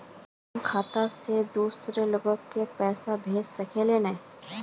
हमर खाता से दूसरा लोग के पैसा भेज सके है ने?